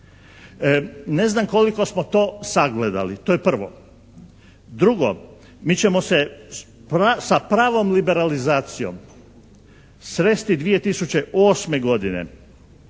Ne znam koliko smo to sagledali, to je prvo. Drugo, mi ćemo se sa pravom liberalizacijom sresti 2008. godine.